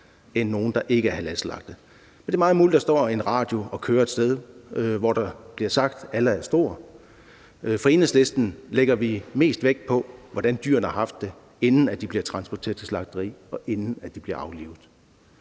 synes jeg er utrolig vigtigt. Det er meget muligt, at der står en radio og kører et sted, hvor der bliver sagt, at Allah er stor, men Enhedslisten lægger mest vægt på, hvordan dyrene har haft det, inden de bliver transporteret til slagteri, og inden de bliver aflivet.